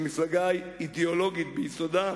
שהיא מפלגה אידיאולוגית ביסודה,